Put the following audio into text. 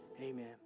amen